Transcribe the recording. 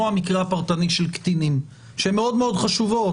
כמו המקרה הפרטני של קטינים שמאוד מאוד חשובות,